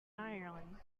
ireland